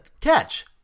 catch